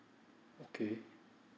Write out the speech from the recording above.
okay